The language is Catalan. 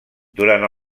durant